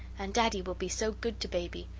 and daddy will be so good to baby!